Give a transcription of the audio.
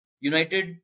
United